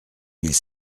mille